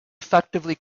effectively